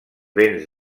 vents